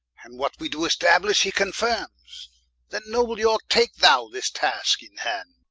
and what we doe establish, he confirmes then, noble yorke, take thou this taske in hand